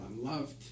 unloved